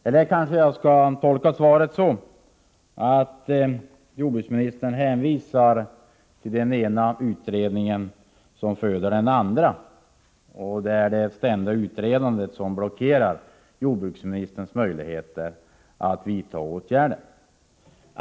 Jag kanske skall tolka svaret så, att jordbruksministern hänvisar till den ena utredningen som föder den andra och att det är det ständiga utredandet som blockerar jordbruksministerns möjligheter att vidta åtgärder.